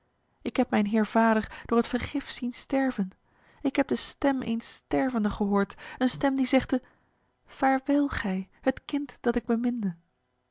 ik heb mijn heer vader door het vergif zien sterven ik heb de stem eens stervenden gehoord een stem die zegde vaarwel gij het kind dat ik